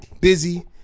Busy